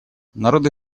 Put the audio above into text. народы